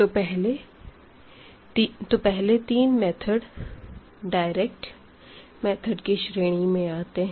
तो पहले तीन मेथड डायरेक्ट मेथड की श्रेणी में आते हैं